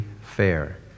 fair